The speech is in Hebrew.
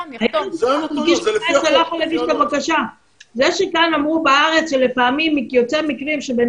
זה שכאן אמרו בארץ שלפעמים יוצא מקרים שבן